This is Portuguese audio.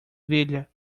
velha